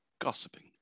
gossiping